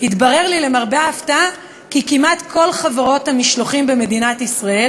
התברר לי למרבה ההפתעה כי כמעט כל חברות המשלוחים במדינת ישראל